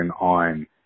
on